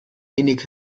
innig